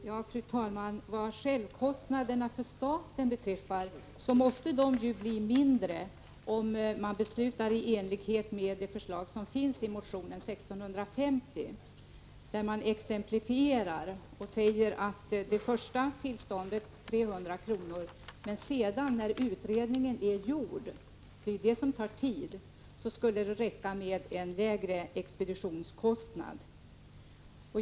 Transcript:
Prot. 1985/86:37 Fru talman! Självkostnaderna för staten måste ju bli mindre, om man = 27 november 1985 beslutar i enlighet med det förslag som förs fram i motion 16500, drman GA exemplifierar och säger att det första tillståndet kostar 300 kr. men att det sedan, när utredningen är gjord — det är ju den som tar tid —, skulle räcka med en lägre expeditionskostnad.